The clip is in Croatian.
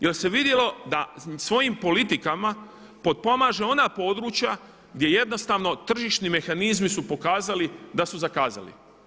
Jel se vidjelo da svojim politikama potpomaže ona područja gdje jednostavno tržišni mehanizmi su pokazali da su zakazali.